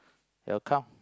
your account